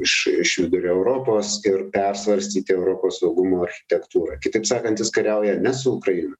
iš vidurio europos ir persvarstyti europos saugumo architektūrą kitaip sakant jis kariauja ne su ukraina